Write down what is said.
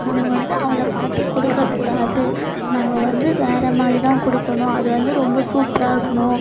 நம்ம வந்து அவளை பார்த்து கொடுக்கக்கூடாது நம்ம வந்து வேறு மாதிரி தான் கொடுக்கணும் அதுவந்து ரொம்ப சூப்பராயிருக்கணும்